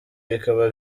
bikaba